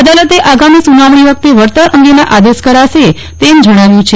અદાલતે આગામી સુનાવણી વખતે વળતર અંગેના આદેશ કરાશે તેમ જણાવ્યું છે